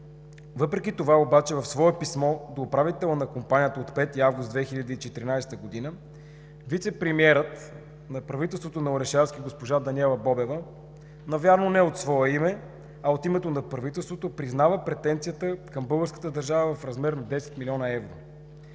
Въпреки това в свое писмо до управителя на компанията от 5 август 2014 г. вицепремиерът на правителството на Орешарски госпожа Даниела Бобева – навярно не от свое име, а от името на правителството, признава претенцията към българската държава в размер на 10 млн. евро.